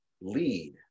lead